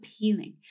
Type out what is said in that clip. appealing